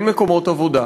אין מקומות עבודה.